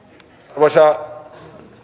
arvoisa